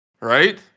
Right